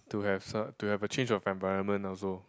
to have a to have a change of environment also